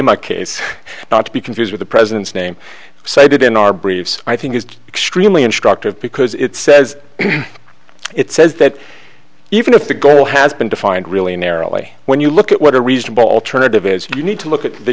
base my case not to be confused with the president's name cited in our briefs i think is extremely instructive because it says it says that even if the goal has been defined really narrowly when you look at what are reasonable alternatives you need to look at the